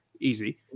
easy